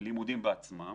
הלימודים עצמם